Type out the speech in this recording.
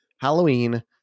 Halloween